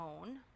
own